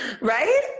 Right